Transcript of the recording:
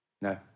No